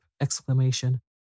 exclamation